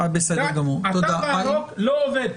התו הירוק לא עובד.